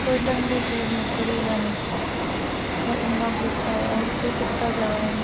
कोई ढंगै दी चीज निकली गै नी इ'न्ना गुस्सा आया हून केह् कीता जा हून